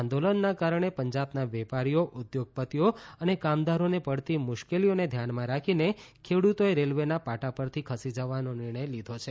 આંદોલનના કારણે પંજાબના વેપારીઓ ઉદ્યોગપતિઓ અને કામદારોને પડતી મુશ્કેલીઓને ધ્યાનમાં રાખીને ખેડૂતોએ રેલવેના પાટા પરથી ખસી જવાનો નિર્ણય લીધો છે